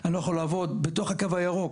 כי היא נוסעת לעבודה במרכז והיא מפחדת.